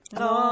no